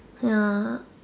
ya